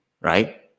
Right